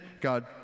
God